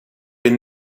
been